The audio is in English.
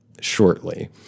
shortly